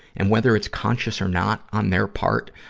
and whether it's conscious or not on their part,